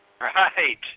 Right